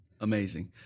Amazing